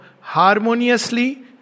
harmoniously